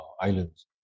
islands